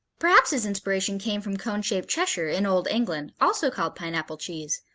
perhaps his inspiration came from cone-shaped cheshire in old england, also called pineapple cheese,